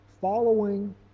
following